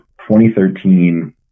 2013